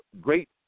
great